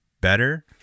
better